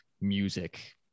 music